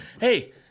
hey